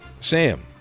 Sam